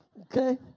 Okay